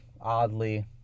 oddly